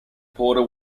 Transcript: porter